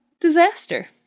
disaster